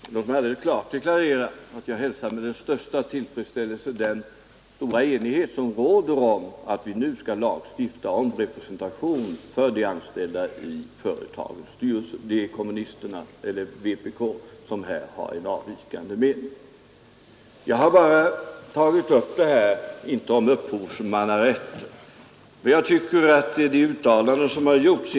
Herr talman! Jag vill klart deklarera att jag med den största tillfredsställelse hälsar den stora enighet som råder om lagstiftning om representation för de anställda i företagens styrelser. Det är bara vpk som här har en avvikande mening. Låt mig säga till folkpartiet! Vad jag tog upp gällde inte upphovsmannarätten i första hand. Jag har tagit upp en del uttalanden som gjorts.